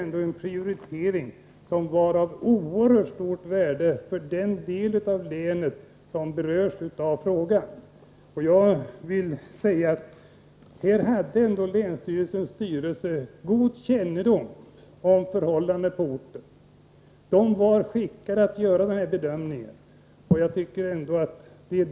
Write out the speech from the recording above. : Här gällde det en prioritering som var av oerhörd stor betydelse för den del av länet som berörs av frågan. Länsstyrelsens styrelse hade god kännedom om förhållandena på orten. Styrelsen var skickad att göra den här bedömningen.